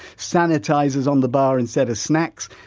sanitisers on the bar instead of snacks,